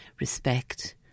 respect